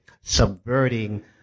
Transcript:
subverting